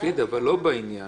בתפקיד אבל לא בעניין.